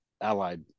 allied